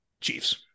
Chiefs